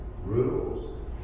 Rules